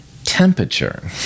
temperature